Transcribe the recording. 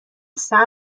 صبر